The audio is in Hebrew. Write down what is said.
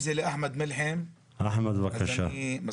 אם זה לאחמד מלחם אני מסכים.